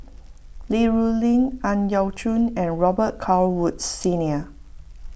Li Rulin Ang Yau Choon and Robet Carr Woods Senior